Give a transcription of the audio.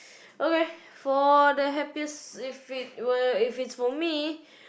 okay for the happiest if it were if it's for me